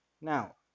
now